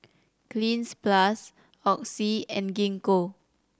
Cleanz Plus Oxy and Gingko